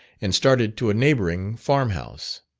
and started to a neighbouring farm-house.